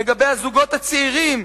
לגבי הזוגות הצעירים.